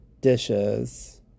dishes